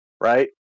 right